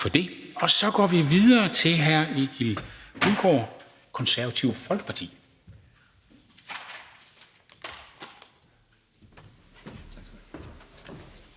Så går vi videre til hr. Egil Hulgaard, Det Konservative Folkeparti.